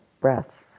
breath